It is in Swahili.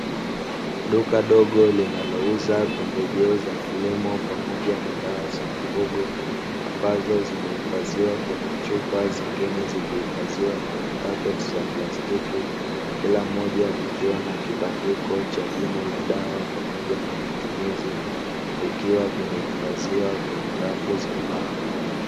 Duka dogo linalouza pembejeo za kilimo pamoja na dawa za mifugo ambazo zimehifadhiwa kwenye chupa, zingine zikihifadhiwa kwenye pakiti ya plastiki, kila moja ikiwa na kibandiko cha jina la dawa pamoja na matumizi; vikiwa vimeifadhiwa kwenye rafu za mbao.